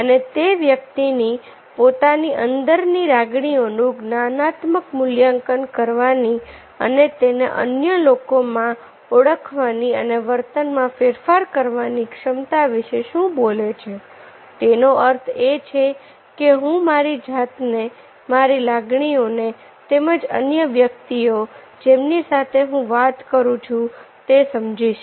અને તે વ્યક્તિની પોતાની અંદરની લાગણીઓનું જ્ઞાનાત્મક મૂલ્યાંકન કરવાની અને તેને અન્ય લોકો માં ઓળખવાની અને વર્તનમાં ફેરફાર કરવાની ક્ષમતા વિશે શું બોલે છે તેનો અર્થ એ છે કે હું મારી જાતને મારી લાગણીઓને તેમજ અન્ય વ્યક્તિઓ જેમની સાથે હું વાત કરું છું તે સમજીશ